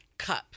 cup